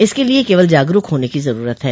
इसके लिए केवल जागरूक होने की जरूरत है